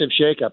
shakeup